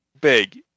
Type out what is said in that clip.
big